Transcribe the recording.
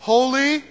Holy